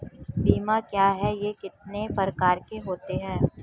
बीमा क्या है यह कितने प्रकार के होते हैं?